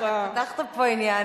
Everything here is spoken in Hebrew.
פתחת פה עניין.